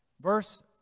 Verse